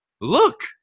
Look